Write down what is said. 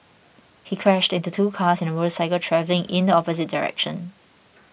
he crashed into two cars and a motorcycle travelling in the opposite direction